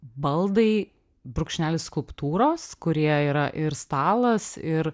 baldai brūkšnelis skulptūros kurie yra ir stalas ir